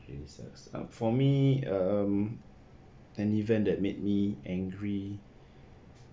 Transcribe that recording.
for me um an event that made me angry